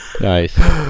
nice